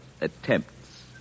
attempts